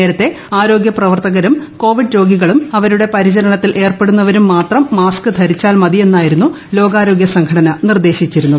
നേരത്തെ ആരോഗൃപ്രവർത്തക്കും കോവിഡ് രോഗികളും അവരുടെ പരിചരണത്തിൽ ഏർപ്പെടുന്നവരും മാത്രം മാസ്ക് ധരിച്ചാൽ മതിയെന്നായിരുന്നു ലോകാരോഗ്യ സംഘടന നിർദ്ദേശിച്ചിരുന്നത്